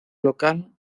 local